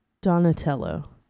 Donatello